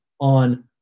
on